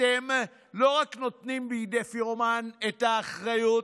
אתם לא רק נותנים בידי פירומן את האחריות,